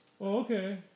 Okay